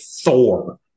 Thor